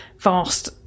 vast